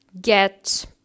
get